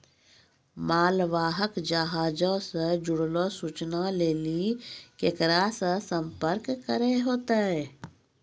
मालवाहक जहाजो से जुड़लो सूचना लेली केकरा से संपर्क करै होतै?